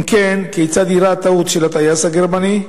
2. אם כן, כיצד אירעה הטעות של הטייס הגרמני?